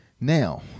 Now